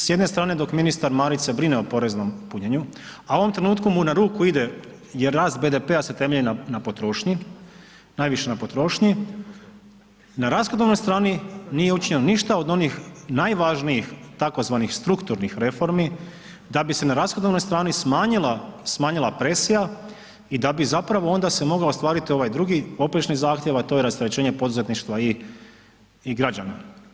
S jedne strane dok ministar Marić se brine o poreznom punjenju, a u ovom trenutku mu na ruku ide jer rast BDP-a se temelji najviše na potrošnji, na rashodovnoj strani nije učinjeni ništa od onih najvažnijih tzv. strukturnih reformi da bi se na rashodovnoj strani smanjila presija i da bi se onda mogao ostvariti ovaj drugi oprečni zahtjev, a to je rasterećenje poduzetništva i građana.